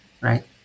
right